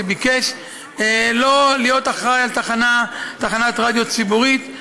שביקש לא להיות אחראי על תחנת רדיו ציבורית.